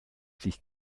sich